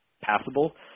passable